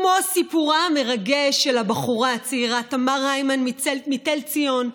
כמו סיפורה המרגש של הבחורה הצעירה תמר היימן מתל ציון,